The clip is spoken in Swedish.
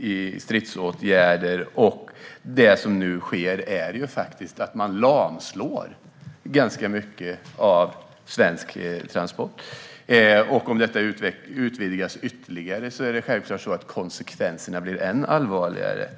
i stridsåtgärder. Det som nu sker är att man lamslår ganska mycket av svensk transport. Om detta utvidgas ytterligare blir konsekvenserna än allvarligare.